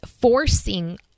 forcing